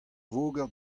voger